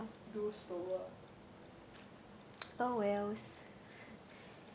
do slower